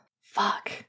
Fuck